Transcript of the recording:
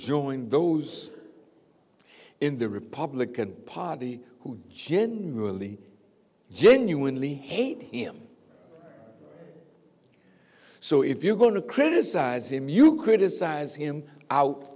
join those in the republican party who generally genuinely hate him so if you're going to criticize him you criticize him out